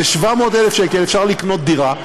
ב-700,000 שקל אפשר לקנות דירה,